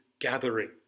gathering